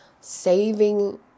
saving